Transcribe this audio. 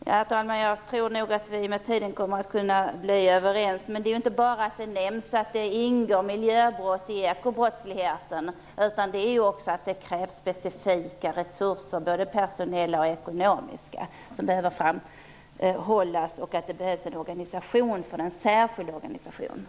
Herr talman! Jag tror nog att vi med tiden kommer att kunna bli överens. Men det handlar ju inte bara om att nämna att miljöbrott ingår i ekobrottsligheten, utan det bör också framhållas att det krävs specifika resurser, både personella och ekonomiska, och en organisation för den särskilda organisationen.